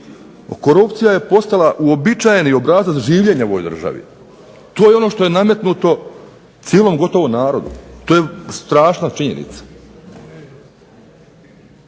korupcija je postala uobičajeni obrazac življenja u ovoj državi. To je ono što je nametnuto cijelom gotovo narodu, to je strašna činjenica.